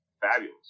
fabulous